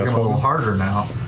little harder now.